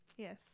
Yes